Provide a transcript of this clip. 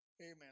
Amen